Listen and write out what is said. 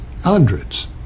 Hundreds